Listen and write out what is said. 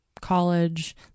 college